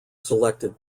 selected